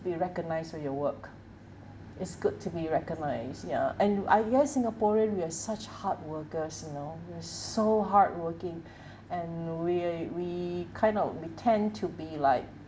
be recognised for your work it's good to be recognised ya and I guess singaporean we are such hard workers you know we're so hardworking and we err we kind of we tend to be like